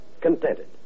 contented